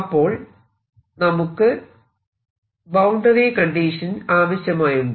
അപ്പോൾ നമുക്ക് boundary condition ആവശ്യമായുണ്ട്